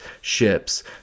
ships